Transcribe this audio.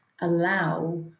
allow